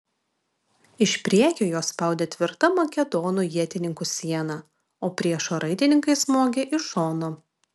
iš priekio juos spaudė tvirta makedonų ietininkų siena o priešo raitininkai smogė iš šono